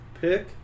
pick